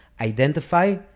identify